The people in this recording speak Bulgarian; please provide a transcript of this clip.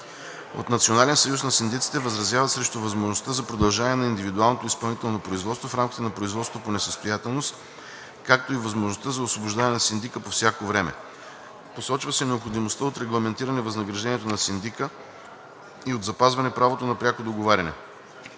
От „Национален съюз на синдиците“ възразяват срещу възможността за продължаване на индивидуалното изпълнително производство в рамките на производството по несъстоятелност, както и възможността за освобождаване на синдика по всяко време. Посочва се необходимостта от регламентиране възнаграждението на синдика и от запазване правото на пряко договаряне.